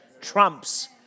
trumps